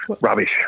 rubbish